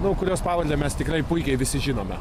nu kurios pavardę mes tikrai puikiai visi žinome